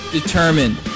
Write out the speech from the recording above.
determined